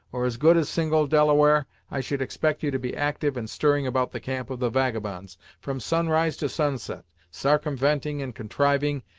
or as good as single, delaware, i should expect you to be actyve and stirring about the camp of the vagabonds, from sunrise to sunset, sarcumventing and contriving,